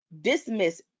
dismiss